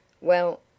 Well